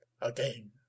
again